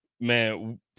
man